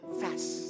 fast